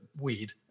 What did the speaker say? weed